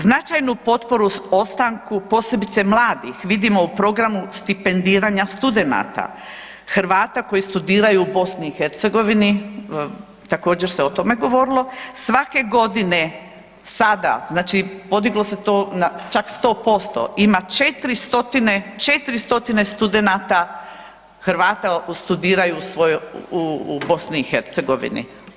Značajnu potporu ostanku posebice mladih, vidimo u programu stipendiranja studenata, Hrvata koji studiraju u BiH-u, također se o tome govorilo, svake godine, sada, znači podiglo se na to čak na 100%, ima 400 studenata Hrvata koji studiraju u BiH-u.